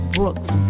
Brooks